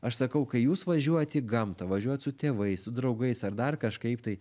aš sakau kai jūs važiuojat į gamtą važiuojat su tėvais draugais ar dar kažkaip tai